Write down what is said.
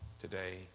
today